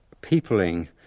peopling